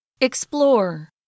Explore